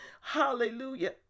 hallelujah